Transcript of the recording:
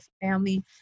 family